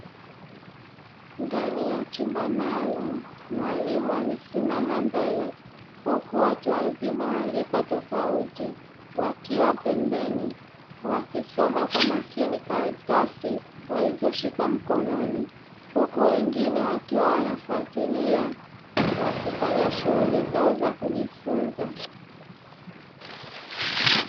Ndani ya chumba maalumu mwalimu amesimama mbele huku watu wazima wa rika tofauti wakiwa pembeni, wakisoma kwa makini karatasi walizoshika mkononi huku wengine wakiwa wanafatilia wakifanya shughuli zao za kujifunza.